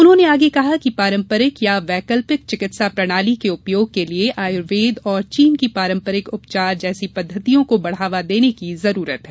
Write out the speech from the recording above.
उन्होंने आगे कहा कि पारंपरिक या वैकल्पिक चिकित्सा प्रणाली के उपयोग के लिए आयुर्वेद और चीन की पारंपरिक उपचार जैसी पद्वतियों को बढ़ावा देने की जरूरत है